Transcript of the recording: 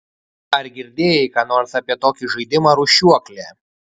ar girdėjai ką nors apie tokį žaidimą rūšiuoklė